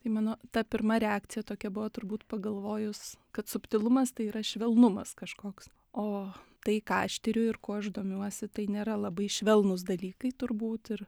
tai mano ta pirma reakcija tokia buvo turbūt pagalvojus kad subtilumas tai yra švelnumas kažkoks o tai ką aš tiriu ir kuo aš domiuosi tai nėra labai švelnūs dalykai turbūt ir